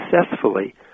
successfully